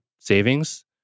savings